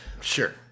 Sure